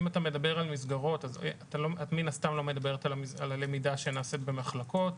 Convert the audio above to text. אם את מדברת על מסגרות את מן הסתם לא מדברת על הלמידה שנעשית במחלקות,